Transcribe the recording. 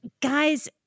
Guys